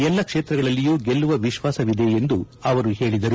ಎಲ್ಲಾ ಕ್ಷೇತ್ರಗಳಲ್ಲಿಯೂ ಗೆಲ್ಲುವ ವಿಶ್ವಾಸವಿದೆ ಎಂದು ಹೇಳಿದರು